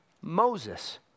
Moses